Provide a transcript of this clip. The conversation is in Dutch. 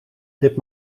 dit